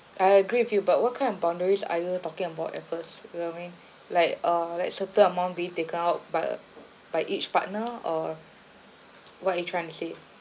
I agree with you but what kind of boundaries are you talking about at first you know what I mean like uh like certain amount being take out by uh by each partner or what are you trying to say